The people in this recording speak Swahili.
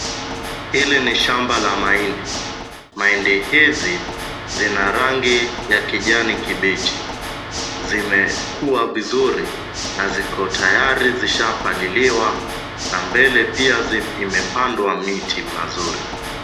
Hili ni shamba la mahindi, mahindi hizi zina rangi ya kijani kibichi, zimekuwa vizuri na ziko tayari zishapaliliwa na mbele pia imepandwa miti mazuri.